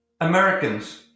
Americans